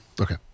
okay